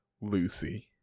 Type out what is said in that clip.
Lucy